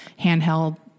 handheld